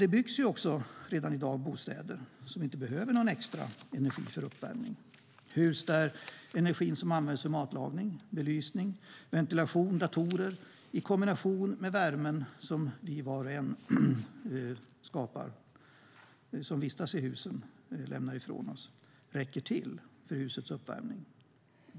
Det byggs redan i dag bostäder som inte behöver någon extra energi för uppvärmning. Det byggs hus där den energi som används för matlagning, belysning, ventilation och datorer i kombination med den värme som de som vistas i huset lämnar ifrån sig räcker till för husets uppvärmning.